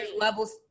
levels